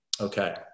Okay